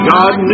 God